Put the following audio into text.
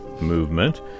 Movement